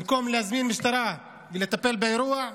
במקום להזמין משטרה ולטפל באירוע,